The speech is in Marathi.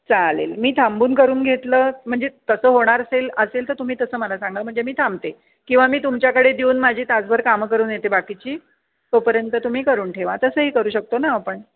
चालेल मी थांबून करून घेतलं म्हणजे तसं होणार असेल असेल तर तुम्ही तसं मला सांगा म्हणजे मी थांबते किंवा मी तुमच्याकडे देऊन माझी तासभर कामं करून येते बाकीची तोपर्यंत तुम्ही करून ठेवा तसंही करू शकतो ना आपण